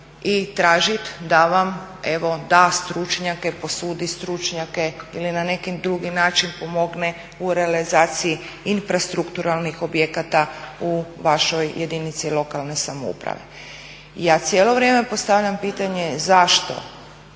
i tražit da vam evo da stručnjake, posudi stručnjake ili na neki drugi način pomogne u realizaciji infrastrukturalnih objekata u vašoj jedinici lokalne samouprave. Ja cijelo vrijeme postavljam pitanje zašto